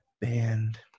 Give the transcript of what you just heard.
band